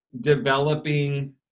developing